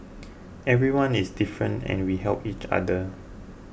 everyone is different and we help each other